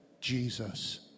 Jesus